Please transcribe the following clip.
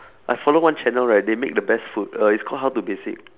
I follow one channel right they make the best food it's called how to basic